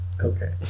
Okay